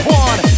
one